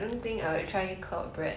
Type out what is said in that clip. I don't know maybe